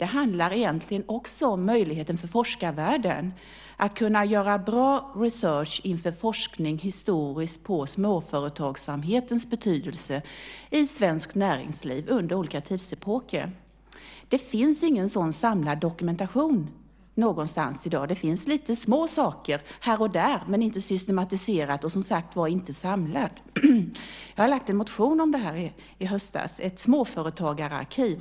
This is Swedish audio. Det handlar egentligen också om möjligheten för forskarvärlden att kunna göra bra research inför historisk forskning på småföretagsamhetens betydelse i svenskt näringsliv under olika tidsepoker. Det finns ingen sådan samlad dokumentation någonstans i dag. Det finns lite små saker här och där men inte systematiserat och, som sagt var, inte samlat. Jag har väckt en motion i höst om ett småföretagararkiv.